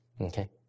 Okay